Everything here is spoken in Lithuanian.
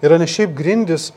yra ne šiaip grindys